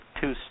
two